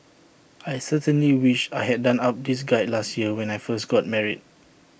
I certainly wish I had done up this guide last year when I first got married